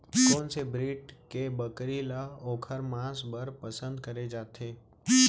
कोन से ब्रीड के बकरी ला ओखर माँस बर पसंद करे जाथे?